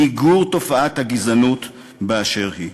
למיגור תופעת הגזענות באשר היא.